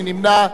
מי נמנע?